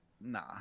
Nah